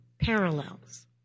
parallels